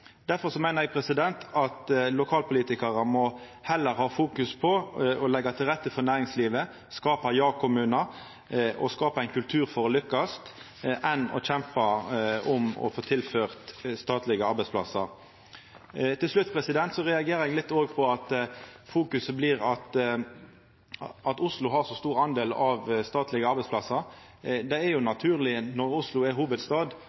Derfor meiner eg at lokalpolitikarar heller må ha fokus på å leggja til rette for næringslivet, skapa ja-kommunar og skapa ein kultur for å lukkast enn å kjempa om å få tilført statlege arbeidsplassar. Til slutt reagerer eg òg litt på at fokuset blir at Oslo har så stor del av statlege arbeidsplassar. Det er jo naturleg når Oslo er hovudstad